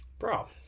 bro